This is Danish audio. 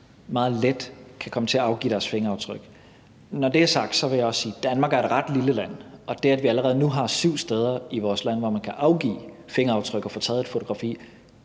meget let kan komme til at afgive deres fingeraftryk. Når det er sagt, vil jeg også sige, at Danmark er et ret lille land, og det, at vi allerede nu har syv steder i vores land, hvor man kan afgive fingeraftryk og få taget et fotografi,